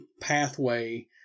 pathway